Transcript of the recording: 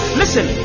listen